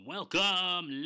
Welcome